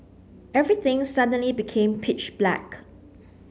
everything suddenly became pitch black